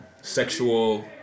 sexual